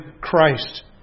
Christ